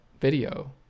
video